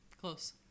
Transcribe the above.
Close